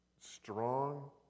strong